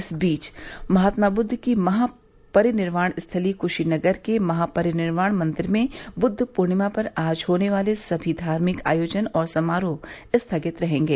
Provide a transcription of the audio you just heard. इस बीच महात्मा ब्रुद्ध की महापरिनिर्वाण स्थली कुशीनगर के महापरिनिर्वाण मन्दिर में ब्रुद्ध पूर्णिमा पर आज होने वाले सभी धार्मिक आयोजन और समारोह स्थगित रहेंगे